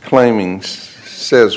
claiming it says